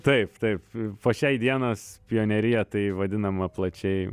taip taip po šiai dienas pionerija tai vadinama plačiai